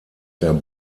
der